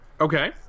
Okay